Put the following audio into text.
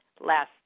last